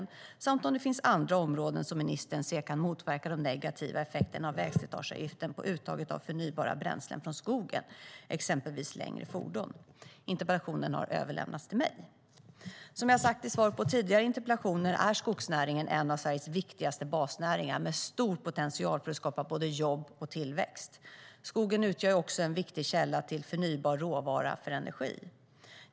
Han har dessutom frågat om det finns andra områden som ministern ser kan motverka de negativa effekterna av vägslitageavgiften på uttaget av förnybara bränslen från skogen, exempelvis längre fordon. Interpellationen har överlämnats till mig. Som jag har sagt i svar på tidigare interpellationer är skogsnäringen en av Sveriges viktigaste basnäringar, med stor potential att skapa jobb och tillväxt. Skogen utgör också en viktig källa till förnybar råvara för energi.